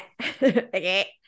Okay